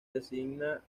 designa